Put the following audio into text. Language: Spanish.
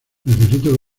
necesito